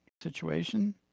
situation